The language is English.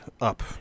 up